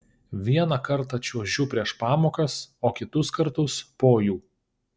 vieną kartą čiuožiu prieš pamokas o kitus kartus po jų